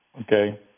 okay